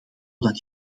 dat